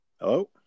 Hello